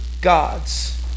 gods